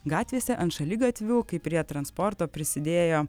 gatvėse ant šaligatvių kai prie transporto prisidėjo